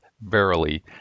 Verily